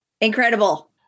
incredible